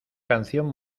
canción